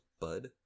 bud